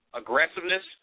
aggressiveness